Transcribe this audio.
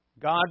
God